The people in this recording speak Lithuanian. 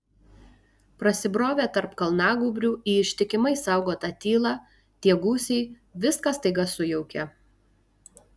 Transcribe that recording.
prasibrovę tarp kalnagūbrių į ištikimai saugotą tylą tie gūsiai viską staiga sujaukė